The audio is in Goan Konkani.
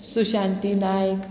सुशांती नायक